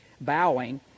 bowing